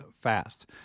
fast